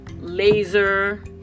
laser